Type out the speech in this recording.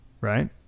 right